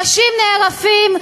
ראשים נערפים,